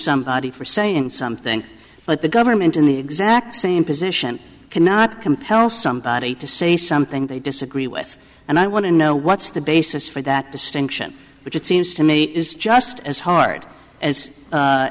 somebody for saying something but the government in the exact same position cannot compel somebody to say something they disagree with and i want to know what's the basis for that distinction which it seems to me is just as hard as